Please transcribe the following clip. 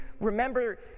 remember